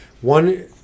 One